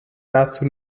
dazu